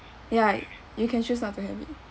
ya you can choose not to have it